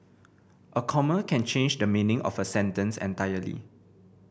a comma can change the meaning of a sentence entirely